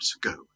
go